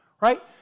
right